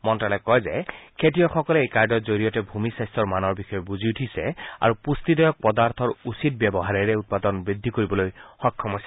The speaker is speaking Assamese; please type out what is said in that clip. মন্ত্যালয়ে কয় যে খেতিয়কসকলে এই কাৰ্ডৰ জৰিয়তে ভূমি স্বাস্থ্য মানৰ বিষয়ে বুজি উঠিছে আৰু পুষ্টিদায়ক পদাৰ্থৰ উচিত ব্যৱহাৰেৰে উৎপাদন বৃদ্ধি কৰিবলৈ সক্ষম হৈছে